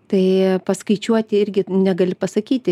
tai paskaičiuoti irgi negali pasakyti